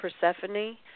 Persephone